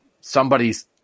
somebody's